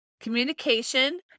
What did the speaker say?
communication